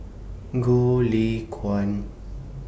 Goh Lay Kuan